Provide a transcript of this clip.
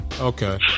Okay